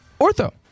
ortho